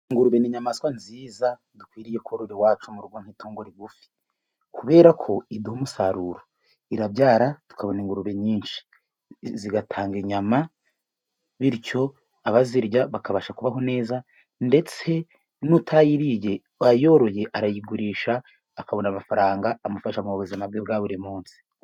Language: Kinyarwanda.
Ingurube ni inyamaswa nziza, dukwiriye korora iwacu mu rugo nkitungo rigufi, kubera ko iduha umusaruro. Irabyara tukabona ingurube nyinshi, zigatanga inyama, bityo abazirya bakabasha kubaho neza, ndetse nutayiririye ayoroye arayigurisha, akabona amafaranga amufasha mu buzima bwe bwa buri munsi.